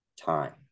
time